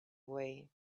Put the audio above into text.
way